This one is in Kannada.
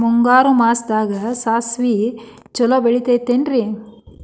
ಮುಂಗಾರು ಮಾಸದಾಗ ಸಾಸ್ವಿ ಛಲೋ ಬೆಳಿತೈತೇನ್ರಿ?